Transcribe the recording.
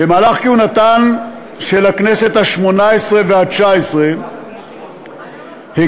במהלך כהונתן של הכנסת השמונה-עשרה והתשע-עשרה הקימה